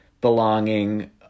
belonging